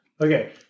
Okay